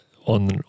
on